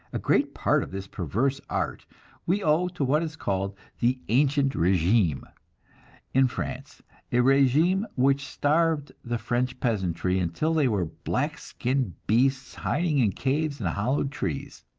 a great part of this perverse art we owe to what is called the ancient regime in france a regime which starved the french peasantry until they were black skinned beasts hiding in caves and hollow trees.